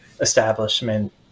establishment